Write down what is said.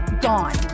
gone